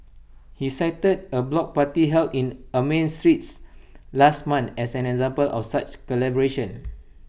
he cited A block party held in Armenian streets last month as an example of such collaboration